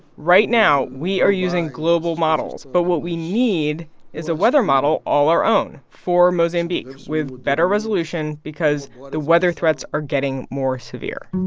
right now, we are using global models. but what we need is a weather model all our own for mozambique with better resolution because the weather threats are getting more severe